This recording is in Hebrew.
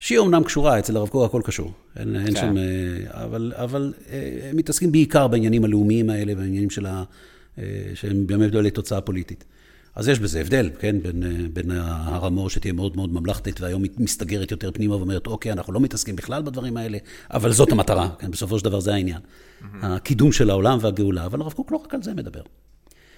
שהיא אומנם קשורה, אצל הרב קוק הכל קשור. כן. אבל הם מתעסקים בעיקר בעניינים הלאומיים האלה, בעניינים של... שהם גם מובילים לתוצאה פוליטית. אז יש בזה הבדל, כן, בין הרמור שתהיה מאוד מאוד ממלכתית, והיום היא מסתגרת יותר פנימה ואומרת, אוקיי, אנחנו לא מתעסקים בכלל בדברים האלה, אבל זאת המטרה, בסופו של דבר זה העניין. הקידום של העולם והגאולה, אבל הרב קוק לא רק על זה מדבר.